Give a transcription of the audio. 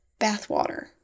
Bathwater